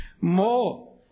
More